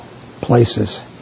places